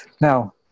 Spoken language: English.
Now